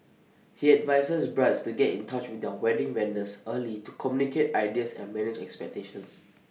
he advises brides to get in touch with their wedding vendors early to communicate ideas and manage expectations